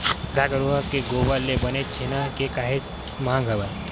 गाय गरुवा के गोबर ले बने छेना के काहेच मांग हवय